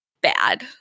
bad